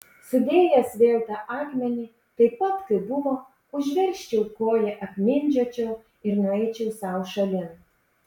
sudėjęs vėl tą akmenį taip pat kaip buvo užversčiau koja apmindžiočiau ir nueičiau sau šalin